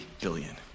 billion